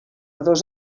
dos